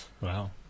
Wow